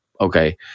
Okay